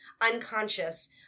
unconscious